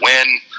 win